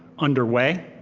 underway.